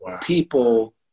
people